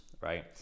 right